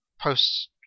posts